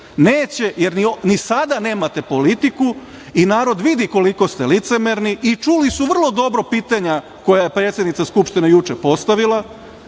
Neće jer ni sada nemate politiku i narod vidi koliko ste licemerni i čuli su vrlo dobro pitanja koja je predsednica Skupštine juče postavili